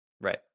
Right